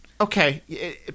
Okay